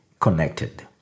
connected